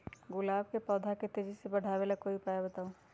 गुलाब के पौधा के तेजी से बढ़ावे ला कोई उपाये बताउ?